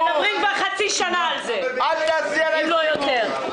מדברים על זה כבר חצי שנה אם לא יותר.